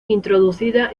introducida